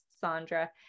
Sandra